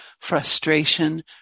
frustration